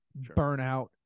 burnout